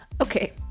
okay